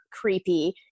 creepy